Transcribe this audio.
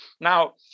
Now